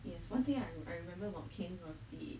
yes one thing I I remember about cairns was the